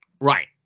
Right